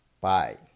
bye